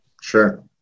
sure